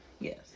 Yes